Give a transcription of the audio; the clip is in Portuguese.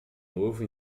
novo